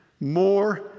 more